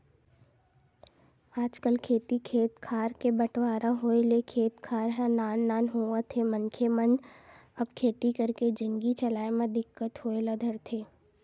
आजकल खेती खेत खार के बंटवारा होय ले खेत खार ह नान नान होवत हे मनखे मन अब खेती करके जिनगी चलाय म दिक्कत होय ल धरथे